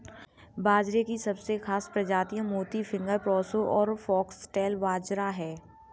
बाजरे की सबसे खास प्रजातियाँ मोती, फिंगर, प्रोसो और फोक्सटेल बाजरा है